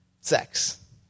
sex